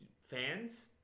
fans